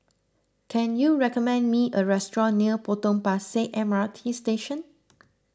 can you recommend me a restaurant near Potong Pasir M R T Station